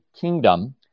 kingdom